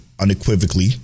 unequivocally